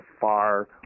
far